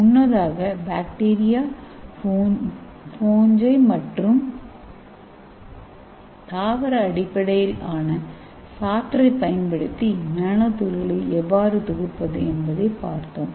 முன்னதாக பாக்டீரியா பூஞ்சை மற்றும் தாவர அடிப்படையிலான சாற்றைப் பயன்படுத்தி நானோ துகள்களை எவ்வாறு தொகுப்பது என்பதைப் பார்த்தோம்